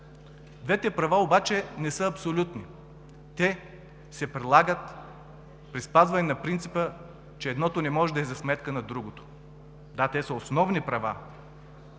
двете права не са абсолютни, те се прилагат при спазване на принципа, че едното не може да е за сметка да другото. Да, те са основни права